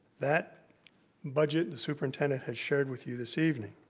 that budget the superintendent has shared with you this evening.